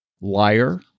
liar